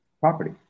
property